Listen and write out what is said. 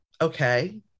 okay